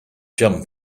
jump